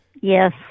yes